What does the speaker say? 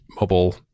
mobile